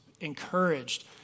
encouraged